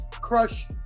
crush